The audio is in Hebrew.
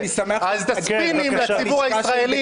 אז את הספינים לציבור הישראלי,